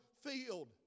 field